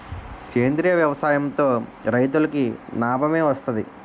సేంద్రీయ వ్యవసాయం తో రైతులకి నాబమే వస్తది